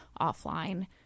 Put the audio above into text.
offline